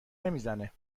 نمیزنه